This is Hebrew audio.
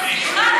סליחה,